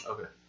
Okay